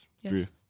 Yes